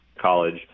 college